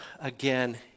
again